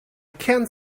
can